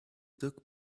took